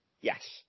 Yes